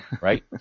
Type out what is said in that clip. right